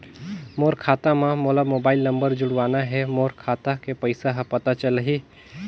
मोर खाता मां मोला मोबाइल नंबर जोड़वाना हे मोर खाता के पइसा ह पता चलाही?